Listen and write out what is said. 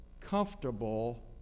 comfortable